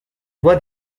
what